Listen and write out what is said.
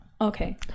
okay